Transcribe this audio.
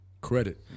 credit